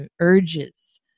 urges